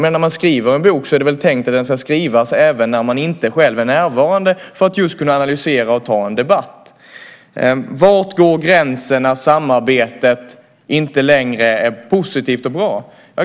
När man skriver en bok är det väl tänkt att den ska läsas även när man inte är närvarande, just för att kunna analysera och ta en debatt. Var går gränsen när samarbetet inte längre är positivt och bra?